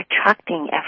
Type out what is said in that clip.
attracting